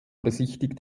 besichtigt